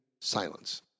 silence